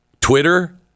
twitter